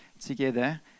together